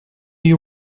you